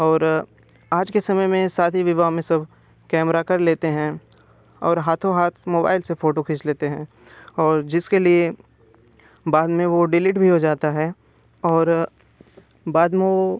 और आज के समय में षा शादी विवाह में सब कैमरा कर लेते हैं और हाथों हाथ मोबाइल से फ़ोटो खींच लेते हैं और जिसके लिए बाद में वो डिलीट भी हो जाता है और बाद में वो